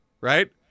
Right